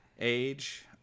age